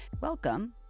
Welcome